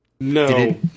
no